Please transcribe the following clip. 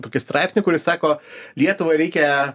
tokį straipsnį kuris sako lietuvai reikia